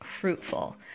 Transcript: fruitful